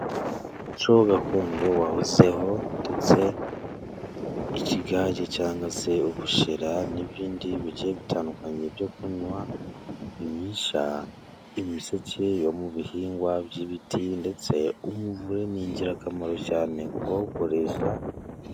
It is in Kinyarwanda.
Umuco gakondo wahozeho. Ndetse ikigage cyangwa se ubushera n'ibindi bigiye bitandukanye byo kunywa banywesha imiseke yo mu bihingwa by'ibiti. Ndetse umuvure ni ingirakamaro cyane kubawukoresha.